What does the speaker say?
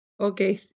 Okay